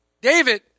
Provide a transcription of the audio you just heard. David